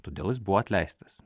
todėl jis buvo atleistas